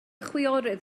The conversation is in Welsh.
chwiorydd